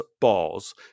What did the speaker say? balls